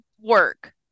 work